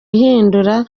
ihindura